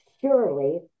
surely